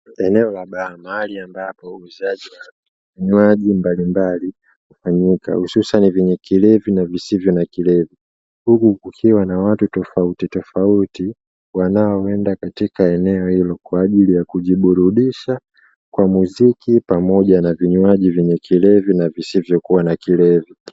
Eneo la baa mahali ambapo uuzai wa vinywaji mbalimbali hufanyika hususani vyenye kilevi na visivyo na kilevi, hivi hutumiwa na watu tofautitofauti wanaoenda katika eneo hilo, kwa ajili ya kujiburudisha kwa mziki pamoja na vinywaji vyenye kilevi na visivyokuwa na kilevi.